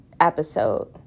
episode